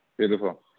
Beautiful